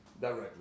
directly